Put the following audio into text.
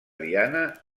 diana